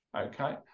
okay